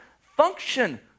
function